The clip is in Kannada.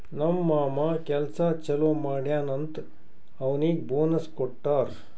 ನಮ್ ಮಾಮಾ ಕೆಲ್ಸಾ ಛಲೋ ಮಾಡ್ಯಾನ್ ಅಂತ್ ಅವ್ನಿಗ್ ಬೋನಸ್ ಕೊಟ್ಟಾರ್